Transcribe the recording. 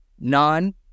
none